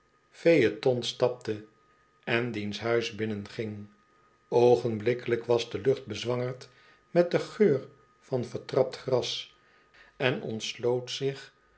phaëton stapte en diens huis binnenging oogenblikkelijk was de lucht bezwangerd met den geur van vertrapt gras en ontsloot zich